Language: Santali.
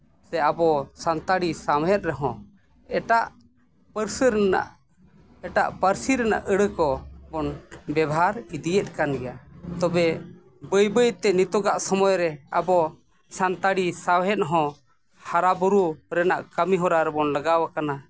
ᱥᱮ ᱟᱵᱚ ᱥᱟᱱᱛᱟᱲᱤ ᱥᱟᱶᱦᱮᱫ ᱨᱮᱦᱚᱸ ᱮᱴᱟᱜ ᱯᱟᱹᱨᱥᱤ ᱨᱮᱱᱟᱜ ᱮᱴᱟᱜ ᱯᱟᱹᱨᱥᱤ ᱨᱮᱱᱟᱜ ᱟᱹᱲᱟᱹᱝ ᱠᱚ ᱵᱚᱱ ᱵᱮᱵᱚᱦᱟᱨ ᱤᱫᱤᱭᱮᱫ ᱠᱟᱱ ᱜᱮᱭᱟ ᱛᱚᱵᱮ ᱵᱟᱹᱭ ᱵᱟᱹᱭᱛᱮ ᱱᱤᱛᱚᱜᱟᱜ ᱥᱚᱢᱚᱭ ᱨᱮ ᱟᱵᱚ ᱥᱟᱱᱛᱟᱲᱤ ᱥᱟᱶᱦᱮᱫ ᱦᱚᱸ ᱦᱟᱨᱟᱼᱵᱩᱨᱩ ᱨᱮᱱᱟᱜ ᱠᱟᱹᱢᱤ ᱦᱚᱨᱟ ᱨᱮᱵᱚᱱ ᱞᱟᱜᱟᱣ ᱠᱟᱱᱟ